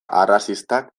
arrazistak